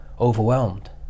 overwhelmed